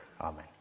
amen